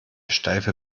steife